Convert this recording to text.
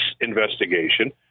investigation